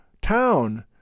town